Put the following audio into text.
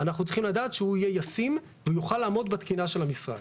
אנחנו צריכים לדעת שהוא יהיה ישים והוא יוכל לעמוד בתקינה של המשרד.